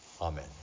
Amen